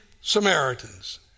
Samaritans